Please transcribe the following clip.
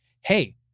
Hey